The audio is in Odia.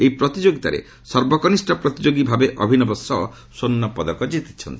ଏହି ପ୍ରତିଯୋଗିତାରେ ସର୍ବକନିଷ୍ଠ ପ୍ରତିଯୋଗି ଭାବେ ଅଭିନବ ଶ ସ୍ୱର୍ଣ୍ଣ ପଦକ ଜିତିଛନ୍ତି